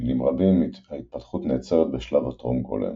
במינים רבים, ההתפתחות נעצרת בשלב הטרום-גולם,